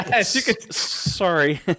Sorry